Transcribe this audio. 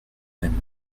même